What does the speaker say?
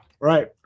right